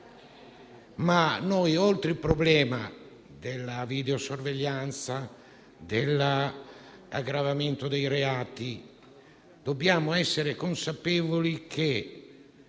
ma, oltre al problema della videosorveglianza e dell'aggravamento dei reati, dobbiamo essere consapevoli che,